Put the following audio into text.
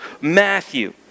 Matthew